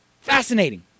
Fascinating